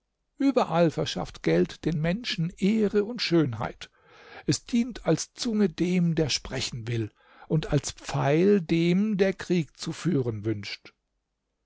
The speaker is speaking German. überall verschafft geld den menschen ehre und schönheit es dient als zunge dem der sprechen will und als pfeil dem der krieg zu führen wünscht